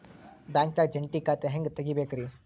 ಬ್ಯಾಂಕ್ದಾಗ ಜಂಟಿ ಖಾತೆ ಹೆಂಗ್ ತಗಿಬೇಕ್ರಿ?